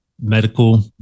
medical